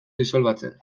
disolbatzen